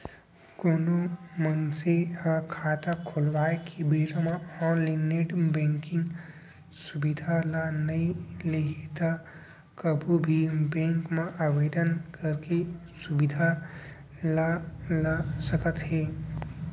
कोनो मनसे ह खाता खोलवाए के बेरा म ऑनलाइन नेट बेंकिंग सुबिधा ल नइ लेहे त कभू भी बेंक म आवेदन करके सुबिधा ल ल सकत हे